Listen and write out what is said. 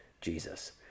Jesus